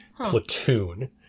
platoon